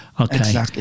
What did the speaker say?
Okay